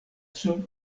sud